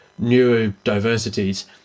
neurodiversities